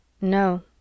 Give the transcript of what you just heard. No